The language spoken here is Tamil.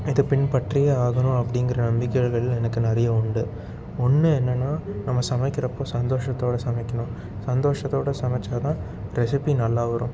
இது பின்பற்றியே ஆகணும் அப்படிங்கிற நம்பிக்கைகள் எனக்கு நிறைய உண்டு ஒன்று என்னன்னா நம்ம சமைக்கிறப்போ சந்தோஷத்தோடு சமைக்கணும் சந்தோஷத்தோடு சமைச்சால் தான் ரெஸிப்பி நல்லா வரும்